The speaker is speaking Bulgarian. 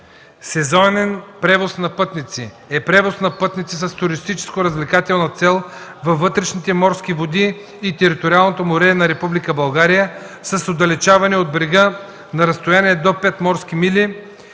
„Сезонен превоз на пътници” е превоз на пътници с туристическо-развлекателна цел във вътрешните морски води и териториалното море на Република България с отдалечаване от брега на разстояние до 5 морски мили